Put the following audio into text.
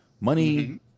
Money